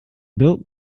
built